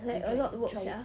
like a lot work sia